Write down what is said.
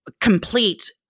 complete